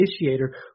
initiator